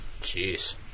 Jeez